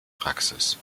praxis